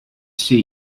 see